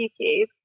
YouTube